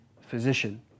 physician